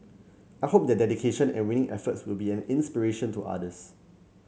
I hope their dedication and winning efforts will be an inspiration to others